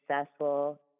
successful